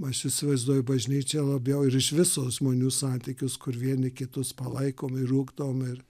aš įsivaizduoju bažnyčia labiau ir iš viso žmonių santykius kur vieni kitus palaikom ir ugdom ir